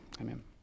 amen